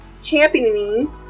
championing